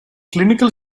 clinical